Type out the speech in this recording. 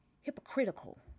hypocritical